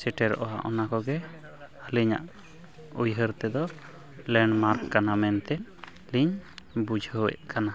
ᱥᱮᱴᱮᱨᱚᱜᱼᱟ ᱦᱟᱸᱜ ᱚᱱᱟ ᱠᱚᱜᱮ ᱟᱹᱞᱤᱧᱟᱜ ᱩᱭᱦᱟᱹᱨ ᱛᱮᱫᱚ ᱞᱮᱱᱰᱢᱟᱨᱠ ᱠᱟᱱᱟ ᱢᱮᱱᱛᱮ ᱞᱤᱧ ᱵᱩᱡᱷᱟᱹᱣᱮᱜ ᱠᱟᱱᱟ